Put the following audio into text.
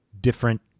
different